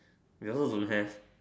you also don't have